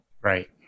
Right